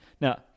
Now